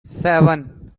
seven